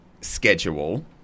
schedule